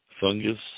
fungus